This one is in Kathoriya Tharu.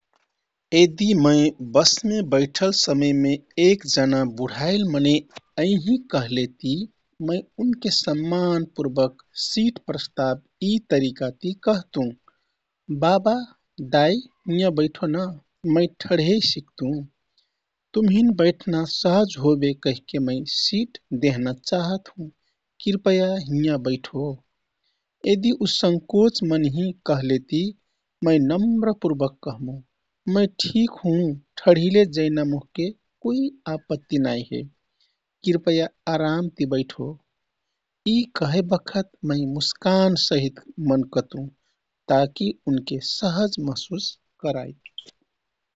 यदि मै बसमे बैठल समयमे एकजना बुढाइल मनै आइल कहलेति मै उनके सम्मानपूर्वक सिट प्रस्ताव यी तरिका ति कहतुँः "बाबा/दाइ हियाँ बैठो ना! मै ठडेइ सिक्तु। तुमहिन बैठना सहज होबे कहिके मै सिट देहना चाहत हुँ। कृपया हियाँ बैठो।" यदि उ संकोच मनहिँ कहलेति मै नम्रपुर्वक कहमुः "मै ठीक हुँ, ठढिले जैना मोहके कुइ आपत्ति नाइ हे। कृपया अरामति बैठो।" यी कहे बखत मै मुस्कान सहित मनकतुँ ताकि उनके सहज महसुस कराइत।